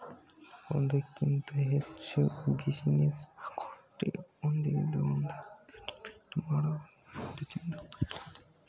ಒಂದಕ್ಕಿಂತ ಹೆಚ್ಚು business account ಒಂದಿದ್ದರೆ ಒಂದೊಂದು ಡೆಬಿಟ್ ಮಾಡಬೇಕು ಅಂತ ಚಂದ್ರಪ್ಪ ಹೇಳಿದ